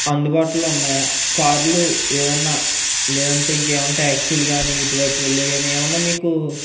అందుబాటులో ఉన్నాయా కార్లు ఏమన్నా లేదంటే ఇంకేమన్నా ట్యాక్సీలు కానీ ఇటువైపు వెళ్ళేవి కానీ ఏమన్నా మీకు